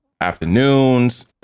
afternoons